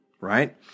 right